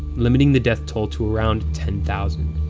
limiting the death-toll to around ten thousand.